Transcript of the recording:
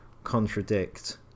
contradict